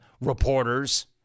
reporters